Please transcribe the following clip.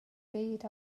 byd